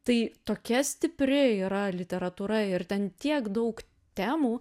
tai tokia stipri yra literatūra ir ten tiek daug temų